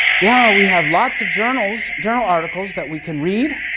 yeah, we have lots of journals, journal articles that we can read,